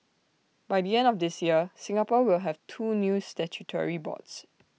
by the end of this year Singapore will have two new statutory boards